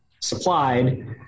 supplied